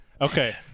Okay